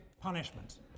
punishment